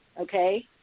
okay